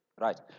Right